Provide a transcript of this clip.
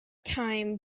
time